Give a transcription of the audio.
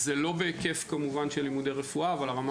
זה לא בהיקף של לימודי רפואה אבל הרמה